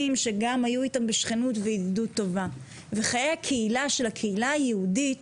שהיו איתם בידידות טובה וחיי הקהילה היהודית